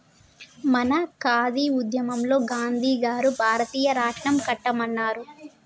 మన ఖాదీ ఉద్యమంలో గాంధీ గారు భారతీయ రాట్నం కట్టమన్నారు